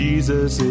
Jesus